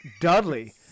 Dudley